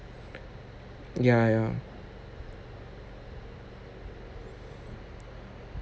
ya ya